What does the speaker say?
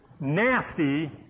Nasty